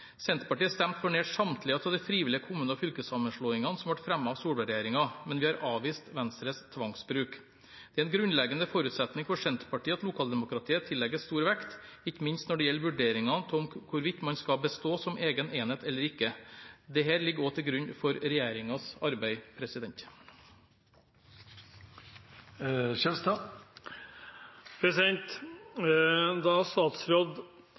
Senterpartiet stemte for nær samtlige av de frivillige kommune- og fylkeskommunesammenslåingene som ble fremmet av Solberg-regjeringen, men vi har avvist Venstres tvangsbruk. Det er en grunnleggende forutsetning for Senterpartiet at lokaldemokratiet tillegges stor vekt, ikke minst når det gjelder vurderingen av hvorvidt man skal bestå som egen enhet eller ikke. Dette ligger også til grunn for regjeringens arbeid.